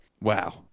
Wow